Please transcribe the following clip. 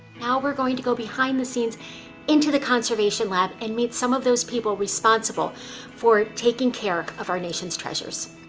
now we're going to go behind the scenes into the conservation lab, and meet some of those people responsible for taking care of our nation's treasures.